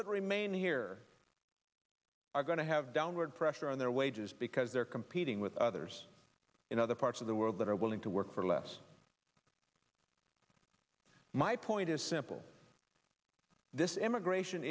that remain here are going to have downward pressure on their wages because they're competing with others in other parts of the world that are willing to work for less my point is simple this immigration